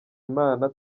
imana